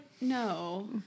no